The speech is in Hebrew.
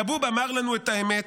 כבוב אמר לנו את האמת,